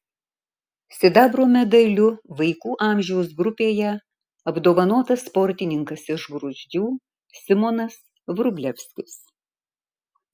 sidabro medaliu vaikų amžiaus grupėje apdovanotas sportininkas iš gruzdžių simonas vrublevskis